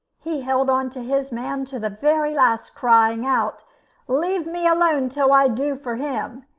he held on to his man to the very last, crying out leave me alone till i do for him.